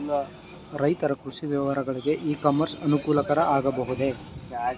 ರೈತರ ಕೃಷಿ ವ್ಯವಹಾರಗಳಿಗೆ ಇ ಕಾಮರ್ಸ್ ಅನುಕೂಲಕರ ಆಗಬಹುದೇ?